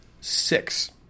six